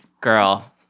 Girl